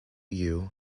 you